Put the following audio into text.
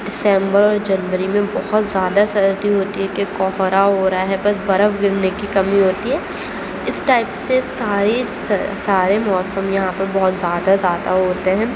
دسمبر اور جنوری میں بہت زیادہ سردی ہوتی ہے کہ کہرا ہو رہا ہے بس برف گرنے کی کمی ہوتی ہے اس ٹائپ سے ساری سارے موسم یہاں پر بہت زیادہ زیادہ ہوتے ہیں